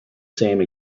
same